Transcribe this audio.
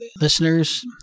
listeners